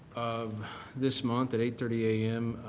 of this month at eight thirty a m.